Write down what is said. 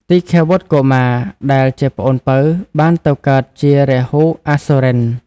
ទីឃាវុត្ត កុមារ ដែលជាប្អូនពៅបានទៅកើតជា រាហូអសុរិន្ទ។